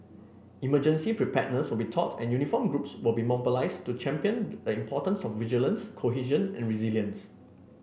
emergency preparedness will be taught and uniformed groups will be mobilised to champion the importance of vigilance cohesion and resilience